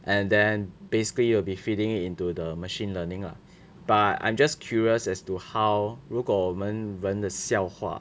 and then basically you will be feeding it into the machine learning lah but I am just curious as to how 如果我们人的笑话